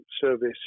service